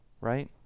right